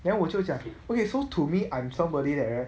then 我就讲 okay so to me I'm somebody that right